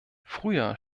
früher